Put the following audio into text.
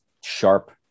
sharp